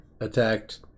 attacked